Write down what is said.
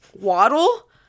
waddle